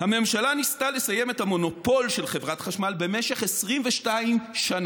"הממשלה ניסתה לסיים את המונופול של חברת חשמל במשך 22 שנה.